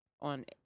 on